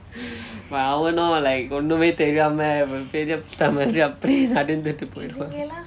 but அவனும்:avanum like ஒண்ணுமே தெரியாம பெரிய:pnnume theriyaama periya star மாதிரி அப்படி நடந்துட்டு போயிருவான்:maathiri appadi nadanthuttu poiruvaan